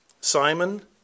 Simon